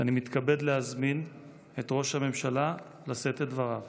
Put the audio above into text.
אני מתכבד להזמין את ראש הממשלה לשאת את דבריו.